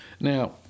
Now